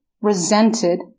resented